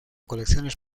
colecciones